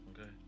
Okay